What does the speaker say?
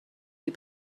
des